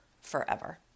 forever